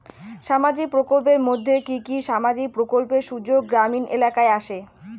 সামাজিক প্রকল্পের মধ্যে কি কি সামাজিক প্রকল্পের সুযোগ গ্রামীণ এলাকায় আসে?